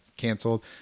canceled